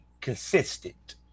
consistent